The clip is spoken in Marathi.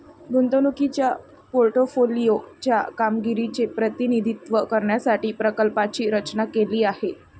गुंतवणुकीच्या पोर्टफोलिओ च्या कामगिरीचे प्रतिनिधित्व करण्यासाठी प्रकल्पाची रचना केली आहे